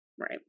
right